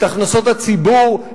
את הכנסות הציבור,